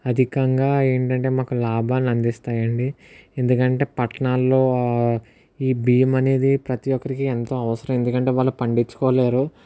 అధికంగా ఏంటి అంటే మాకు లాభాలని అందిస్తాయి అండి ఎందుకంటే పట్నాల్లో ఈ బియ్యము అనేది ప్రతి ఒక్కరికి ఎంతో అవసరం ఎందుకంటే వాళ్ళు పండించుకోలేరు